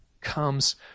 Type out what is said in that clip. comes